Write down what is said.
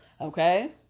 Okay